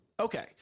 Okay